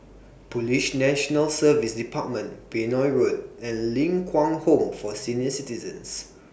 Police National Service department Benoi Road and Ling Kwang Home For Senior Citizens